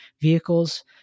vehicles